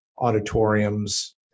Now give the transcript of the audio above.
auditoriums